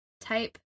type